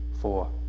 four